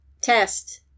test